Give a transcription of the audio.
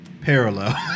parallel